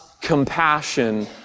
compassion